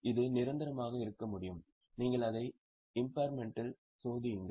இது நிரந்தரமாக இருக்க முடியும் நீங்கள் அதை இம்பார்மென்டிற்கு சோதியுங்கள்